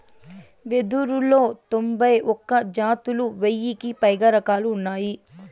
వెదురులో తొంభై ఒక్క జాతులు, వెయ్యికి పైగా రకాలు ఉన్నాయి